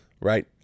Right